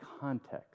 context